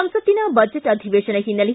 ಸಂಸತ್ತಿನ ಬಜೆಟ್ ಅಧಿವೇತನ ಹಿನ್ನೆಲೆ